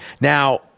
Now